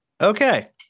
Okay